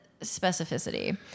specificity